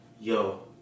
yo